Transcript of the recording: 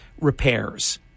repairs